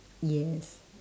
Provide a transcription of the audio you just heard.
yes